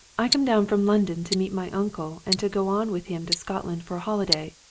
i come down from london to meet my uncle, and to go on with him to scotland for a holiday,